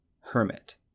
Hermit